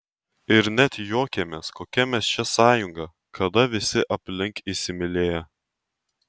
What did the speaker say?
ir net juokėmės kokia mes čia sąjunga kada visi aplink įsimylėję